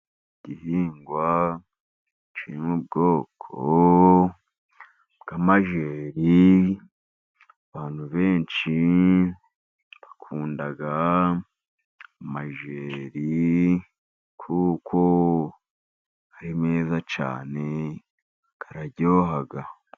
Igihingwa kiri mu bwoko bw'amajeri, abantu benshi bakunda amajeri, kuko ari meza cyane, araryoha.